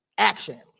Action